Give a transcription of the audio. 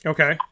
Okay